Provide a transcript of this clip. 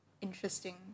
interesting